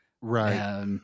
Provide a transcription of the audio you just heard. Right